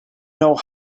know